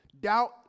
Doubt